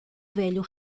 velho